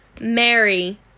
Mary